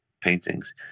paintings